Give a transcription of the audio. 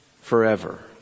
forever